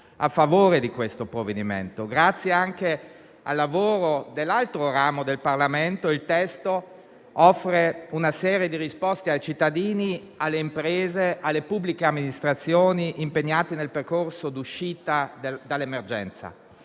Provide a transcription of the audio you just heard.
a favore del provvedimento in esame. Grazie anche al lavoro dell'altro ramo del Parlamento, il testo offre una serie di risposte ai cittadini, alle imprese, alle pubbliche amministrazioni impegnate nel percorso di uscita dall'emergenza.